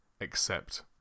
accept